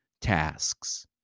tasks